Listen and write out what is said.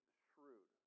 shrewd